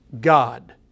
God